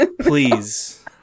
please